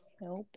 Nope